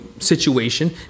situation